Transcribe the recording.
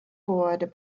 board